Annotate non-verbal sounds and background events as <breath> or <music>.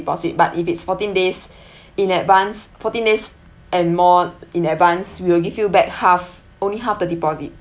deposit but if it's fourteen days <breath> in advance fourteen days and more in advance we will give you back half only half the deposit